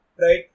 right